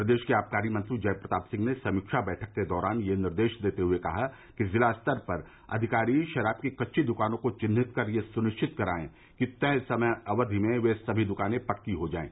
प्रदेश के आबकारी मंत्री जय प्रताप सिंह ने समीक्षा बैठक के दौरान यह निर्देश देते हुए कल कहा कि जिला स्तर पर अधिकारी शराब की कच्ची दुकानों को चिन्हित कर यह सुनिश्चित कराये कि तय समय अवधि में वे सभी दुकानें पक्की हो जायें